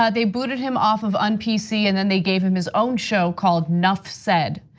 ah they booted him off of un-pc and then they gave him his own show called nuff said.